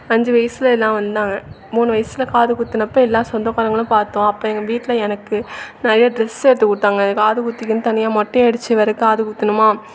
ஐஞ்சி வயசில் எல்லாம் வந்தாங்க மூணு வயசில் காது குத்தினப்ப எல்லா சொந்தக்காரங்களும் பார்த்தோம் அப்போ எங்கள் வீட்டில் எனக்கு நிறைய ட்ரெஸ் எடுத்து கொடுத்தாங்க காது குத்திக்குன்னு தனியாக மொட்டை அடித்து வேறே காது குத்தணுமா